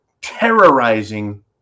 terrorizing